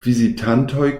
vizitantoj